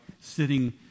sitting